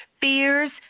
fears